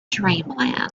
dreamland